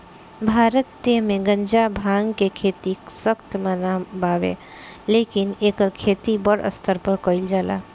भारत मे गांजा, भांग के खेती सख्त मना बावे लेकिन एकर खेती बड़ स्तर पर कइल जाता